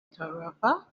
tarifa